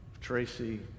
Tracy